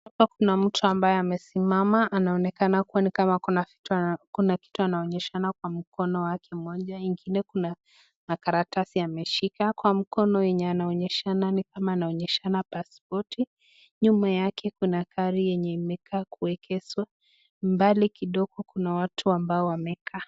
Hapa Kuna mtu ambaye amesimama anaonekana kuwa ni Kuna kitu anaonyeshana kwa mkono yake moja, ingine Kuna karatasi ameshika kwa mkono enye anaonyeshana nikama anaonyeshana pass poti, nyuma yake Kuna gari enye ime kaa kuegezwa. Mbali kidogo Kuna watu wenye Wame kaa.